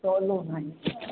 सवलो न आहे